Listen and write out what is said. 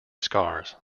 scars